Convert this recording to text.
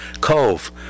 Cove